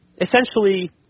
essentially